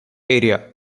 area